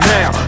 Now